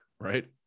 Right